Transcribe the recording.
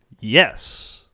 Yes